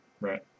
Right